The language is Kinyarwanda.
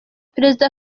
perezida